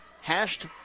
Hashed